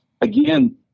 again